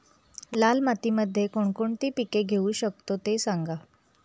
लाल मातीमध्ये कोणकोणती पिके घेऊ शकतो, ते सांगा